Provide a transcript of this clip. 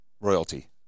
royalty